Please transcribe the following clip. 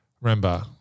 remember –